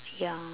ya